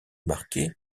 marquée